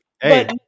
Hey